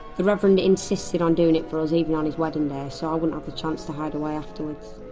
the reverend insisted on doing it for us, even on his wedding day, so i wouldn't have the chance to hide away afterwards.